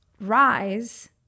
rise